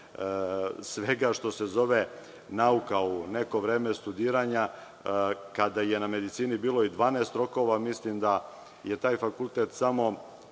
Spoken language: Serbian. svega što se zove nauka. U neko vreme studiranja kada je na medicini bilo i 12 rokova mislim da je taj fakultet samo